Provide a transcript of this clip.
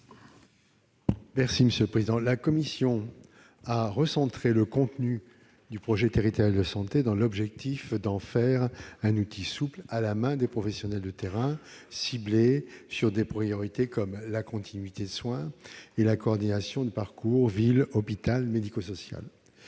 de la commission ? La commission a recentré le contenu du projet territorial de santé dans le but d'en faire un outil souple à la main des professionnels de terrain, ciblé sur des priorités comme la continuité des soins et la coordination du parcours entre ville, hôpital et médico-social.